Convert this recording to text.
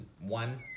one